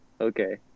Okay